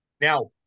Now